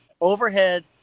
Overhead